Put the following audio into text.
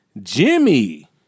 Jimmy